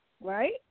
Right